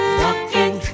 walking